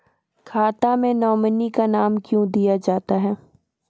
खाता मे नोमिनी का नाम क्यो दिया जाता हैं?